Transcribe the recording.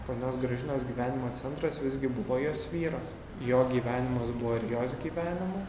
ponios gražinos gyvenimo centras visgi buvo jos vyras jo gyvenimas buvo ir jos gyvenimas